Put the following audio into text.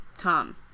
Tom